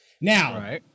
now